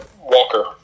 Walker